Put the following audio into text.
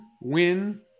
win